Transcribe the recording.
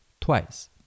twice